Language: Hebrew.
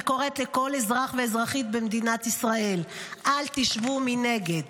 אני קוראת לכל אזרח ואזרחית במדינת ישראל: אל תשבו מנגד,